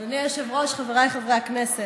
אדוני היושב-ראש, חבריי חברי הכנסת,